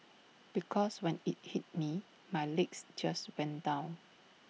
because when IT hit me my legs just went down